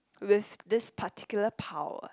with this particular power